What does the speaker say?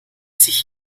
sich